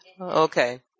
Okay